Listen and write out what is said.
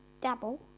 Dabble